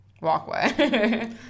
walkway